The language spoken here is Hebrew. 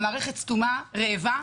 המערכת רעבה.